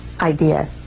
idea